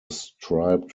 striped